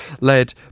led